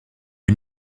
est